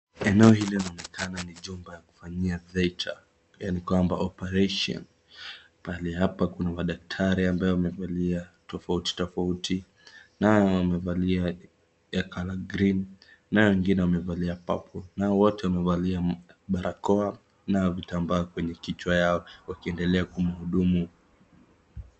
Eneo hii inaonekana ni chumba ya kufanyia theatre yaani kwamba operation . Pale hapa kuna madaktari ambao wamevalia tofauti tofauti. Nao wamevalia ya color green . Nao wengine wamevalia purple . Nao wote wamevalia barakoa na vitambaa kwenye kichwa yao wakiendelea kumhudumu.